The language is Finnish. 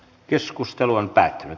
keskustelu päättyi